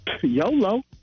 yolo